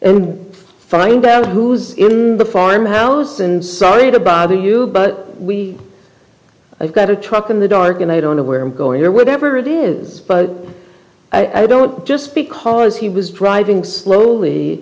and find out who's in the farmhouse i'm sorry to bother you but we have got a truck in the dark and i don't know where i'm going or whatever it is but i don't just because he was driving slowly